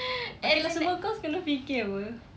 masuk semua course kena fikir apa